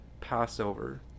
Passover